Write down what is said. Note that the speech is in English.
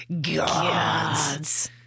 God's